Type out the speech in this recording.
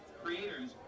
creators